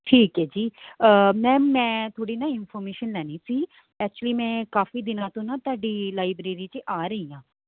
ਠੀਕ ਹੈ ਜੀ ਮੈਮ ਮੈਂ ਥੋੜ੍ਹੀ ਨਾ ਇਨਫੋਰਮੇਸ਼ਨ ਲੈਣੀ ਸੀ ਐਕਚੁਲੀ ਮੈਂ ਕਾਫੀ ਦਿਨਾਂ ਤੋਂ ਨਾ ਤੁਹਾਡੀ ਲਾਈਬ੍ਰੇਰੀ 'ਚ ਆ ਰਹੀ ਹਾਂ